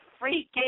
freaking